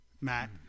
Matt